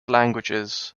languages